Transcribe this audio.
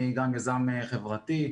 אני גם יזם חברתי,